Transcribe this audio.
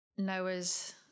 Noah's